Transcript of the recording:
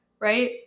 right